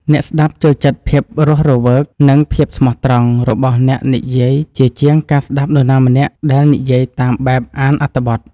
អ្នកស្ដាប់ចូលចិត្តភាពរស់រវើក និងភាពស្មោះត្រង់របស់អ្នកនិយាយជាជាងការស្តាប់នរណាម្នាក់ដែលនិយាយតាមបែបអានអត្ថបទ។